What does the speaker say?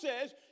says